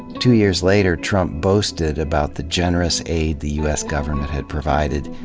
two years later trump boasted about the generous aid the u s. government had provided,